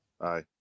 Aye